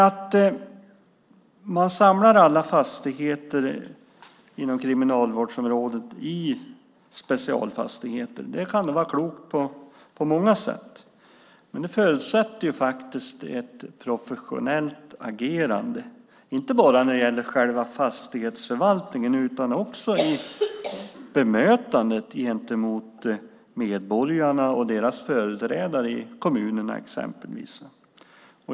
Att samla alla fastigheter inom kriminalvårdsområdet i Specialfastigheter kan nog vara klokt på många sätt, men det förutsätter ett professionellt agerande, inte bara när det gäller själva fastighetsförvaltningen utan också i bemötandet gentemot medborgarna och deras företrädare i kommunerna exempelvis.